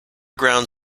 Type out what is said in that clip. ground